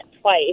twice